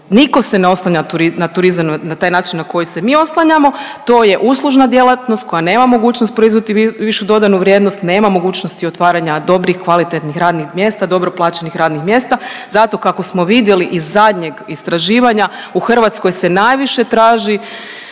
Niko se ne oslanja na turizam na taj način na koji se mi oslanjamo, to je uslužna djelatnost koja nema mogućnost proizvesti višu dodanu vrijednost, nema mogućnosti otvaranja dobrih i kvalitetnih radnih mjesta, dobro plaćenih radnih mjesta. Zato kako smo vidjeli iz zadnjeg istraživanja, u Hrvatskoj se najviše traži